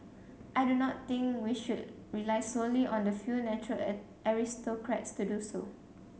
I do not think we should rely solely on the few natural aristocrats to do so